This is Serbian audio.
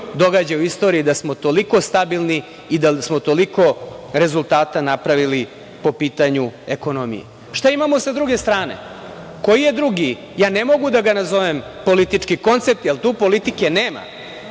događa u istoriji da smo toliko stabilni i da smo toliko rezultata napravili po pitanju ekonomije. Šta imamo sa druge strane? Koji je drugi, ja ne mogu da ga nazovem, politički koncept, jer tu politike nema.